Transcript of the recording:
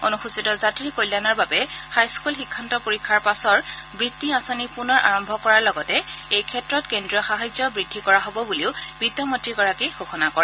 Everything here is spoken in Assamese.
অনুসূচিত জাতিৰ কল্যাণৰ বাবে হাইস্থুল শিক্ষান্ত পৰীক্ষাৰ পাছৰ বৃত্তি আঁচনি পূনৰ আৰম্ভ কৰাৰ লগতে এই ক্ষেত্ৰত কেজ্ৰীয় সাহায্য বৃদ্ধি কৰা হ'ব বুলিও বিত্তমন্ত্ৰীগৰাকীয়ে ঘোষণা কৰে